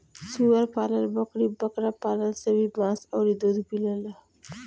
सूअर पालन, बकरी बकरा पालन से भी मांस अउरी दूध मिलेला